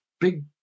big